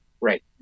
right